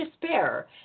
despair